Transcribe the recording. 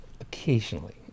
Occasionally